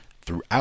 throughout